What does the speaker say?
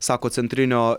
sako centrinio